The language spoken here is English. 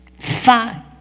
fine